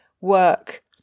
work